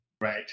Right